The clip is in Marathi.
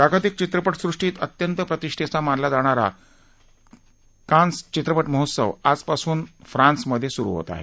जागतिक चित्रपटसृष्टीत अत्यंत प्रतिष्ठेचा मानला जाणारा केनस् चित्रपट महोत्सव आजपासून फ्रान्समधे सुरु होत आहे